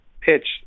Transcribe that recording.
pitch